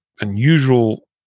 unusual